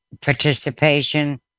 participation